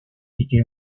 quitté